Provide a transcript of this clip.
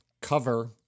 cover